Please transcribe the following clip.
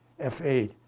F8